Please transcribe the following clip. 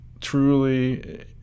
truly